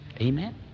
Amen